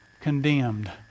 condemned